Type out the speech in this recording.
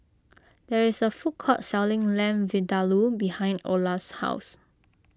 there is a food court selling Lamb Vindaloo behind Ola's house